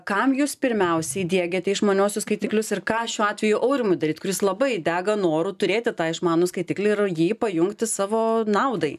kam jūs pirmiausiai diegiate išmaniuosius skaitiklius ir ką šiuo atveju aurimui daryt kuris labai dega noru turėti tą išmanų skaitiklį ir jį pajungti savo naudai